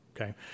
Okay